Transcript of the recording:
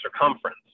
circumference